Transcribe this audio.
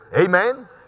Amen